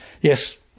Yes